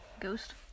Ghost